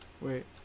wait